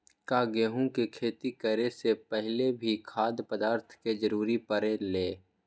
का गेहूं के खेती करे से पहले भी खाद्य पदार्थ के जरूरी परे ले?